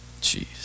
Jeez